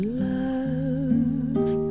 love